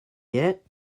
yet